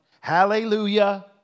Hallelujah